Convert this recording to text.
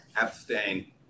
abstain